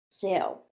Sale